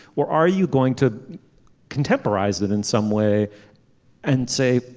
where are you going to contemporaries that in some way and say.